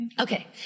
Okay